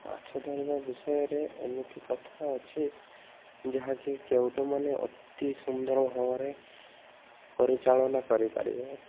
ମାଛ ଧରିବା ବିଷୟରେ ଏମିତି କଥା ଅଛି ଯାହାକି କେଉଟମାନେ ଅତି ସୁନ୍ଦର ଭାବରେ ପରିଚାଳନା କରିପାରିବେ